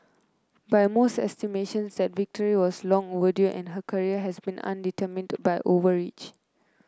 by most estimations that victory was long overdue and her career had been undermined by overreach